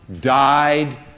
died